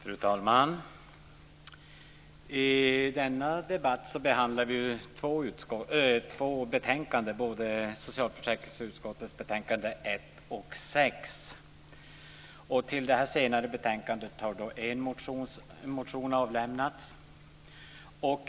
Fru talman! I denna debatt behandlar vi två betänkanden från socialförsäkringsutskottet, både 1 och 6. I det senare betänkandet behandlas en motion.